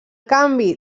canvi